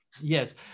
yes